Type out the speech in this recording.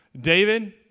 David